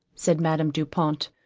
said madame du pont,